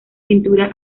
pintura